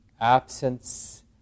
absence